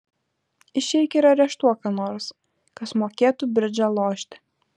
išeik ir areštuok ką nors kas mokėtų bridžą lošti